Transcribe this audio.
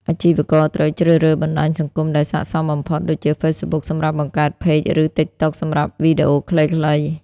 អាជីវករត្រូវជ្រើសរើសបណ្ដាញសង្គមដែលស័ក្តិសមបំផុត ដូចជា ហ្វេសប៊ុក សម្រាប់បង្កើតផេក ឬ ទីកតុក សម្រាប់វីដេអូខ្លីៗ។